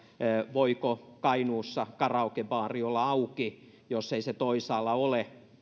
voiko kainuussa karaokebaari olla auki jos ei se toisaalla ole